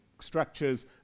structures